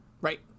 Right